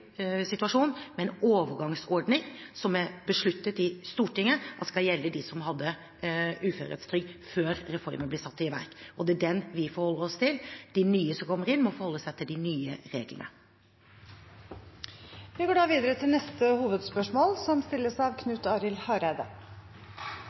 situasjon, med en overgangsordning som Stortinget har besluttet skal gjelde dem som hadde uføretrygd før reformen ble satt i verk, og det er den vi forholder oss til. De nye som kommer inn, må forholde seg til de nye reglene. Vi går da videre til neste hovedspørsmål.